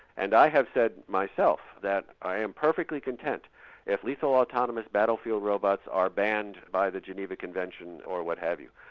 and i have said myself that i am perfectly content if lethal autonomous battlefield robots are banned by the geneva convention or what have you.